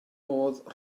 modd